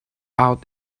out